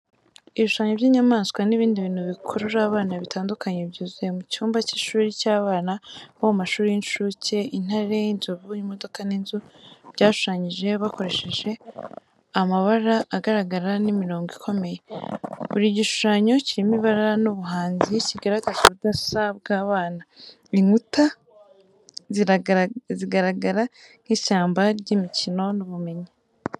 Ibishushanyo by’inyamaswa n'ibindi bintu bikurura abana bitandukanye byuzuye mu cyumba cy’ishuri cy’abana bo mu mashuri y’incuke, intare, inzovu, imodoka n’inzu bashushanyije bakoresheje amabara agaragara n’imirongo ikomeye. Buri gishushanyo kirimo ibara n’ubuhanzi, kigaragaza ubudasa bw’abana. Inkuta zigaragara nk’ishyamba ry’imikino n’ubumenyi.